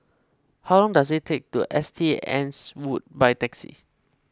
how long does it take to S T Anne's Wood by taxi